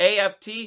AFT